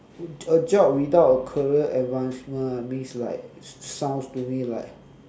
a job without a career advancement means like sounds to me like